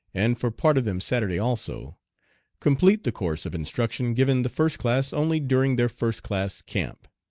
and for part of them saturday also complete the course of instruction given the first class only during their first-class camp.